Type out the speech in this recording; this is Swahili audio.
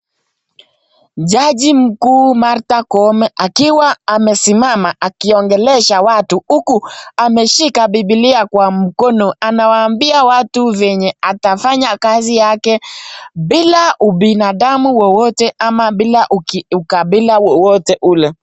Jaji mkuu Martha Koome akiwa amesimama akiongelesha watu huku ameshika bibilia kwa mkono. Amewaambia watu vile atafanya kazi bila ubinadamu wowote ama bila ukabila wowote ule.